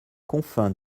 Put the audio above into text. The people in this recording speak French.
confins